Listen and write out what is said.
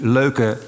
leuke